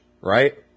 right